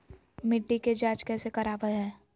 मिट्टी के जांच कैसे करावय है?